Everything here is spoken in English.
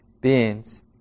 beings